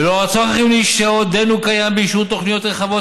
ולאור הצורך שעודנו קיים באישור תוכניות רחבות